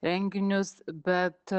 renginius bet